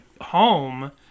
home